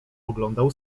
oglądał